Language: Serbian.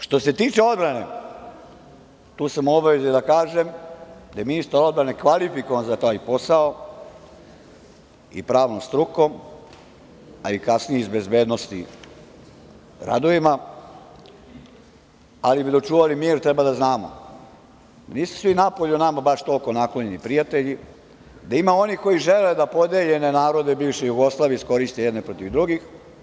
Što se tiče odbrane, tu sam u obavezi da kažem da je ministar odbrane kvalifikovan za taj posao i pravnom strukom, a kasnije iz bezbednosti, radovima, ali da bi očuvali mir treba da znamo da nisu svi napolju nama baš toliko naklonjeni prijatelji, da ima onih koji žele da podeljene narode bivše Jugoslavije iskoriste jedne protiv drugih.